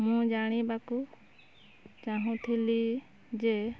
ମୁଁ ଜାଣିବାକୁ ଚାହୁଁଥିଲି ଯେ